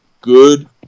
good